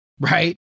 right